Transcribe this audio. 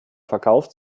verkauft